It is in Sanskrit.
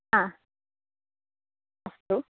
हा अस्तु